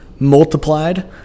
multiplied